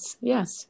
yes